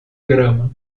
grama